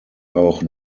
auch